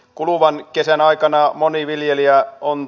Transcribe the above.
kuluvan kesän aikana moni viljelijä on